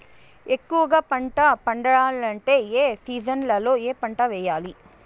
ఎక్కువగా పంట పండాలంటే ఏ సీజన్లలో ఏ పంట వేయాలి